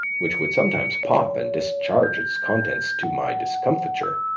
which would sometimes pop and discharge its contents to my discomfiture.